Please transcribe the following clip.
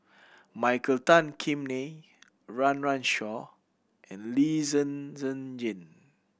Michael Tan Kim Nei Run Run Shaw and Lee Zhen Zhen Jane